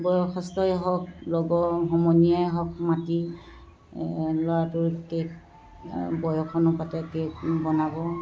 বয়সস্থই হওক লগৰ সমনীয়াই হওক মাতি ল'ৰাটোৰ কেক বয়স অনুপাতে কেক বনাব